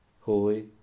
holy